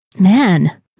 man